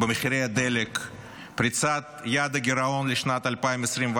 במחירי הדלק; פריצת יעד הגירעון לשנת 2024,